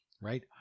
right